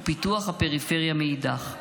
ופיתוח הפריפריה מאידך.